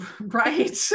right